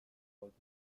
wollte